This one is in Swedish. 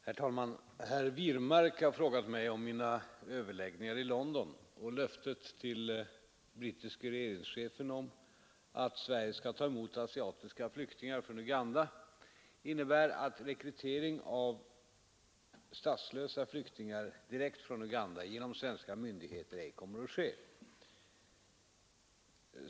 Herr talman! Herr Wirmark har frågat mig om mina överläggningar i London och löftet till brittiske regeringschefen om att Sverige skall ta emot asiatiska flyktingar från Uganda innebär att rekrytering av statslösa flyktingar direkt från Uganda genom svenska myndigheter ej kommer att ske.